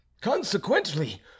Consequently